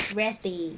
rest day